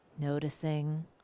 noticing